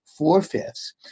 four-fifths